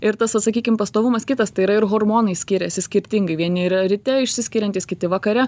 ir tas vat sakykim pastovumas kitas tai yra ir hormonai skiriasi skirtingai vieni yra ryte išsiskiriantys kiti vakare